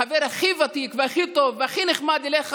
החבר הכי ותיק והכי טוב והכי נחמד אליך,